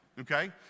Okay